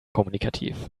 kommunikativ